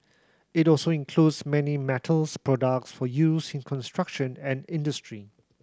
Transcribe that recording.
it also includes many metals products for use in construction and industry